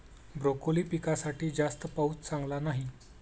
broccoli पिकासाठी जास्त पाऊस चांगला नाही